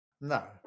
No